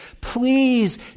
please